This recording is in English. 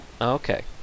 okay